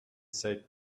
said